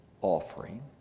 offering